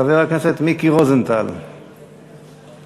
חבר הכנסת מיקי רוזנטל, בבקשה.